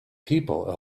people